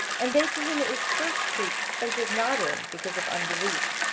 and they to whom it was first preached entered not in because of unbelief